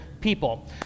people